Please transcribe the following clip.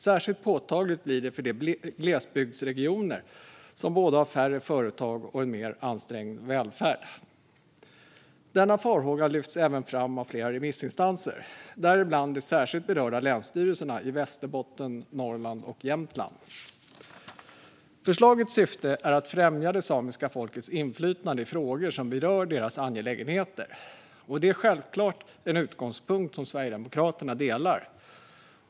Särskilt påtagligt blir det för de glesbygdsregioner som har både färre företag och en mer ansträngd välfärd. Denna farhåga lyfts även fram av flera remissinstanser, däribland de särskilt berörda länsstyrelserna i Västerbotten, Norrland och Jämtland. Förslagets syfte är att främja det samiska folkets inflytande i frågor som berör dess angelägenheter. Detta är självklart en utgångspunkt som Sverigedemokraterna delar.